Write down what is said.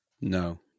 No